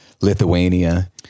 Lithuania